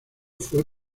fue